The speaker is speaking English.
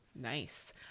Nice